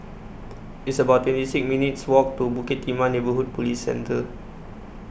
It's about twenty six minutes' Walk to Bukit Timah Neighbourhood Police Centre